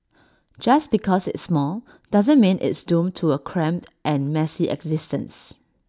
just because it's small doesn't mean it's doomed to A cramped and messy existence